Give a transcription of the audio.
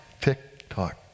tick-tock